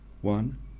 one